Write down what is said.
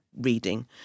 reading